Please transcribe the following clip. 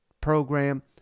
program